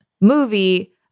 movie